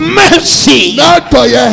mercy